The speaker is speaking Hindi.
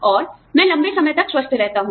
और मैं लंबे समय तक स्वस्थ रहता हूँ